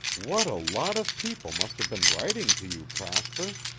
what a lot of people must have been writing to you, prosper!